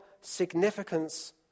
significance